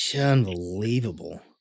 Unbelievable